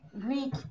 Greek